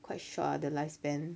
quite short ah the lifespan